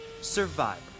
Survivor